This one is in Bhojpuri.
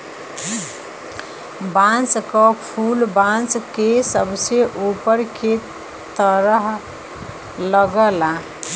बांस क फुल बांस के सबसे ऊपर के तरफ लगला